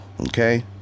Okay